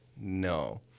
no